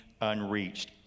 unreached